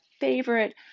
favorite